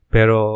Pero